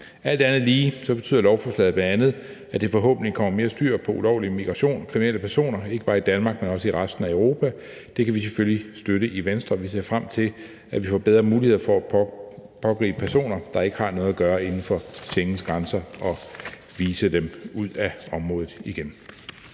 Alt andet lige betyder lovforslaget bl.a., at der forhåbentlig kommer mere styr på ulovlig migration og kriminelle personer, ikke bare i Danmark, men også i resten af Europa. Det kan vi selvfølgelig støtte i Venstre, og vi ser frem til, at vi får bedre muligheder for at pågribe personer, der ikke har noget at gøre inden for Schengens grænser, og vise dem ud af området igen.